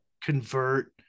convert